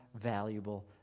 valuable